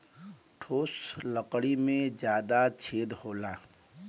ठोस लकड़ी में जादा छेद होला